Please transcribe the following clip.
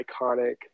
iconic